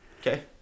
Okay